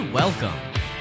Welcome